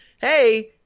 Hey